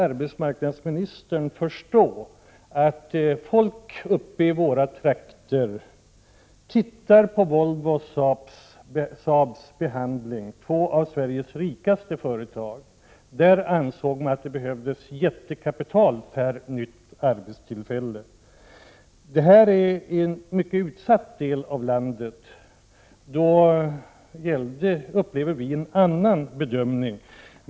Arbetsmarknadsministern måste förstå att människor i våra trakter fäster avseende vid behandlingen av Volvo och Saab — två av Sveriges rikaste företag. Där ansåg man att det behövdes jättekapital för varje nytt arbetstillfälle. Den del av landet som jag företräder är en mycket utsatt del. Därför upplever vi som bor där bedömningen på ett annat sätt.